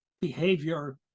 behavior